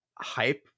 hype